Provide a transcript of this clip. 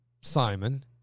Simon